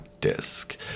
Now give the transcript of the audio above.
disc